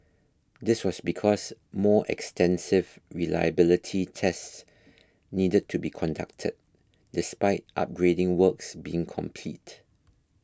this was because more extensive reliability tests needed to be conducted despite upgrading works being complete